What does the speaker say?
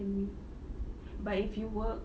and but if you work